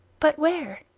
but where?